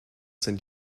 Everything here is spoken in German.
sind